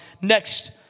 next